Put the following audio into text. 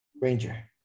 ranger